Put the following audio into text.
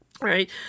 Right